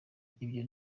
ibyo